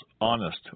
honest